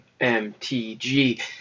MTG